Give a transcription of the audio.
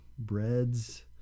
breads